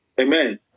Amen